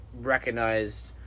recognized